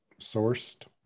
sourced